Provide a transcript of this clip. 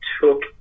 took